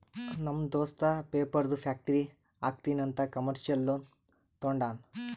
ನಮ್ ದೋಸ್ತ ಪೇಪರ್ದು ಫ್ಯಾಕ್ಟರಿ ಹಾಕ್ತೀನಿ ಅಂತ್ ಕಮರ್ಶಿಯಲ್ ಲೋನ್ ತೊಂಡಾನ